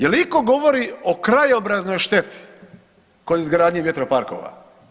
Jel itko govori o krajobraznoj šteti kod izgradnje vjetroparkova?